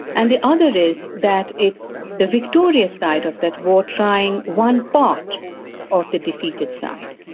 and the other is that it's the victorious side of that war trying one part of the defeated side.